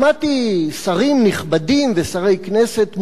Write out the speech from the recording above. שמעתי שרים נכבדים, ושרי כנסת מובילים,